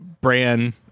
brand